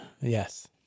Yes